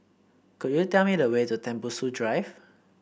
could you tell me the way to Tembusu Drive